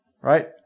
right